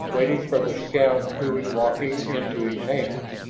waiting for the scout who was walking into his hands.